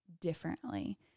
differently